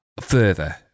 further